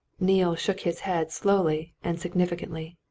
neale shook his head slowly and significantly.